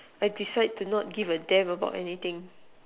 I decide to not give a damn about anything